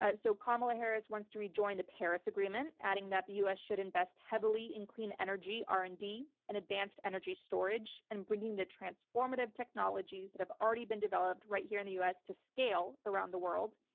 ah so kamala harris wants to rejoin the paris agreement, adding that the us should invest heavily in clean energy, r and d and advanced energy storage and bringing the transformative technologies that have already been developed right here in the us, to scale around the world.